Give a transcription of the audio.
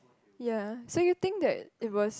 ya so you think that it was